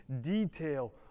detail